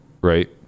Right